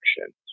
action